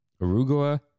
Arugula